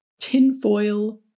tinfoil